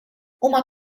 uma